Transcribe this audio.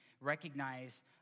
recognize